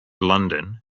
london